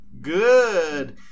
Good